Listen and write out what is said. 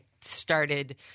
started